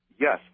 Yes